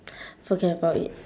forget about it